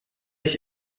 ich